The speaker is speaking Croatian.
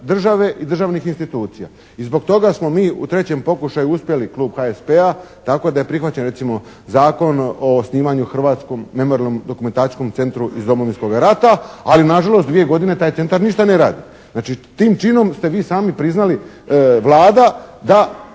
države i državnih institucija. I zbog toga smo mi u trećem pokušaju uspjeli, klub HSP-a tako da je prihvaćen recimo Zakon o osnivanju Hrvatskom memorijalnom dokumentacijskom centru iz Domovinskog rata ali nažalost dvije godine taj centar ništa ne radi. Znači, tim činom ste vi sami priznali Vlada da